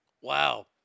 Wow